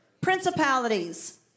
Principalities